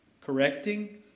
correcting